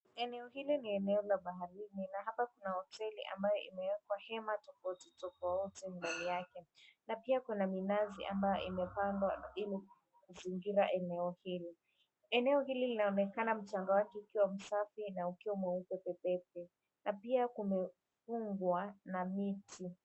Eneo hili ni eneo la baharini na hapa kuna hoteli ambayo imewekwa hema tofauti tofauti mbele yake na pia kuna minazi ambayo imepandwa ili kuzingira eneo hili. Eneo hili linaonekana mchanga wake ukiwa msafi na ukiwa mweupe pepepe na pia kumefungwa na miti.